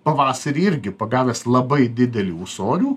pavasarį irgi pagavęs labai didelį ūsorių